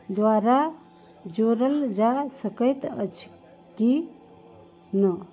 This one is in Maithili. द्वारा जोड़ल जा सकैत अछि की नहि